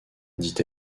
dit